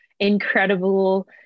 incredible